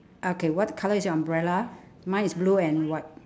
okay what colour is your umbrella mine is blue and white